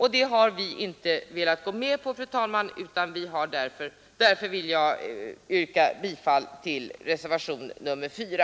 Det har vi inte velat gå med på, fru talman. Därför vill jag yrka bifall till reservationen 4.